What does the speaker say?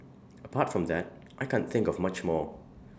apart from that I can't think of much more